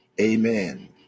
Amen